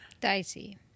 Dicey